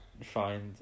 find